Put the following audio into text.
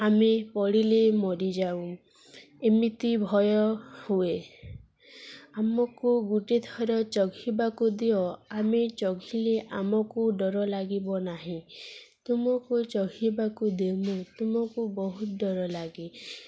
ଆମେ ପଡ଼ିଲେ ମରିଯାଉ ଏମିତି ଭୟ ହୁଏ ଆମକୁ ଗୁଟେଥର ଚଢ଼ିବାକୁ ଦିଅ ଆମେ ଚଢ଼ିଲେ ଆମକୁ ଡର ଲାଗିବ ନାହିଁ ତୁମକୁ ଚଢ଼ିବାକୁ ଦେମୁଁ ତୁମକୁ ବହୁତ ଡର ଲାଗେ